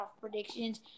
predictions